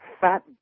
fat